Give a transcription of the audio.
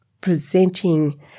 presenting